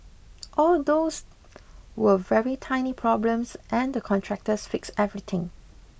all those were very tiny problems and the contractors fixed everything